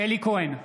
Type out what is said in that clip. אלי כהן,